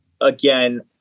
again